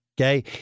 okay